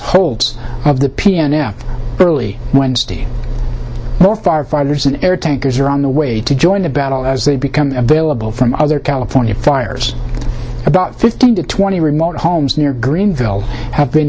holds of the piano early wednesday the firefighters an air tankers are on the way to join the battle as they become available from other california fires about fifteen to twenty remote homes near greenville have been